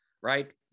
right